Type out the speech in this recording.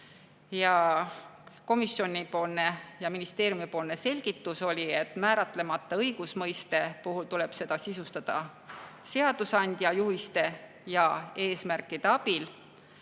Komisjoni ja ministeeriumi selgitus oli, et määratlemata õigusmõiste puhul tuleb see sisustada seadusandja juhiste ja eesmärkide abil.